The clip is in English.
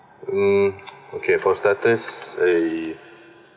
mm okay for starters eh